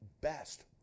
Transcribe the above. best